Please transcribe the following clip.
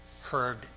heard